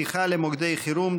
שיחה למוקדי חירום),